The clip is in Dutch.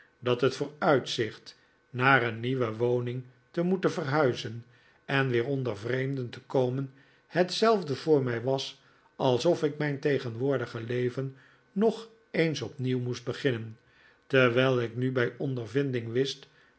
dat het vooruitzicht naar een nieuwe woning te moeten verhuizen en weer onder vreemden te komen hetzelfde voor mij was alsof ik mijn tegenwoordige leven nog eens opnieuw moest beginnen terwijl ik nu bij ondervinding wist